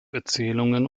erzählungen